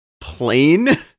plain